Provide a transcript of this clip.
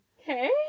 Okay